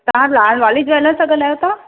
तव्हां लालवानी ज्वैलर्स तां ॻाल्हायो था